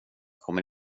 kommer